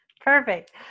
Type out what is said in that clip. Perfect